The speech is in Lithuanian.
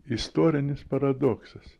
istorinis paradoksas